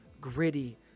gritty